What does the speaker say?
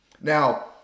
Now